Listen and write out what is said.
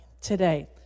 today